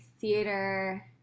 theater